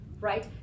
right